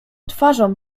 twarzą